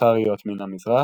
טטאריות מן המזרח,